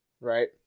Right